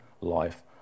life